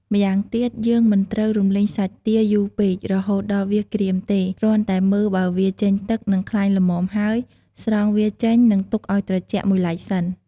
ម្យ៉ាងទៀត យើងមិនត្រូវរំលីងសាច់ទាយូរពេក រហូតដល់វាក្រៀមទេ គ្រាន់តែមើលបើវាចេញទឹក និងខ្លាញ់ល្មមហើយ ស្រង់វាចេញ និងទុកឱ្យត្រជាក់មួយឡែកសិន។